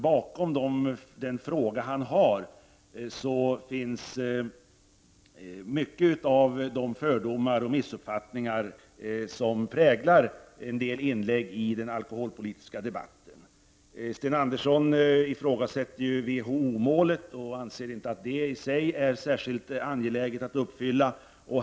Bakom den interpellation som han har ställt finns mycket av de fördomar och missuppfattningar som präglar en del inlägg i den alkoholpolitiska debatten. Sten Andersson ifrågasätter WHO målet och anser inte att det i sig är särskilt angeläget att uppfylla.